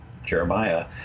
Jeremiah